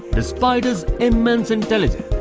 despite his immense intelligent,